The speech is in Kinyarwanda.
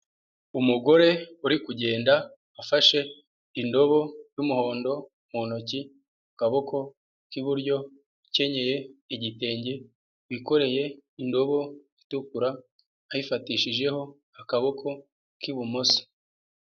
Umugore, uri kugenda, afashe, indobo y'umuhondo, mu ntoki, mu kaboko k'iburyo, ukenyeye igitenge, wikoreye, indobo, itukura, ayifatishijeho, akaboko, k'ibumoso.